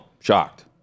shocked